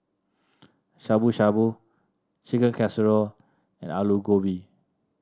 Shabu Shabu Chicken Casserole and Alu Gobi